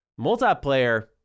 multiplayer